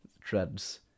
treads